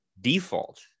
Default